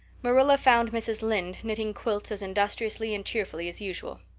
marilla found mrs. lynde knitting quilts as industriously and cheerfully as usual.